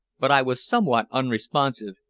but i was somewhat unresponsive,